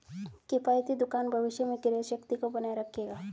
किफ़ायती दुकान भविष्य में क्रय शक्ति को बनाए रखेगा